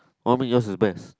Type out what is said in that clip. oh me yours is the best